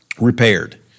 repaired